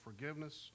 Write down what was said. forgiveness